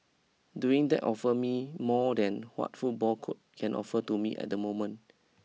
doing that offer me more than what football could can offer to me at the moment